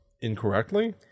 incorrectly